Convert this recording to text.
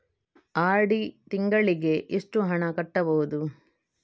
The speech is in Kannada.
ಆರ್.ಡಿ ತಿಂಗಳಿಗೆ ಎಷ್ಟು ಹಣ ಕಟ್ಟಬಹುದು?